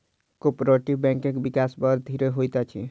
cooperative बैंकक विकास बड़ धीरे होइत अछि